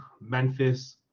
Memphis